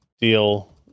deal